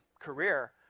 career